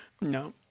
No